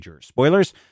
Spoilers